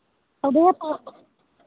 हाँ वो तो